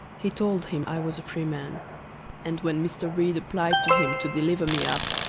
he told him i was a free man and when mr. read applied to him to deliver me up,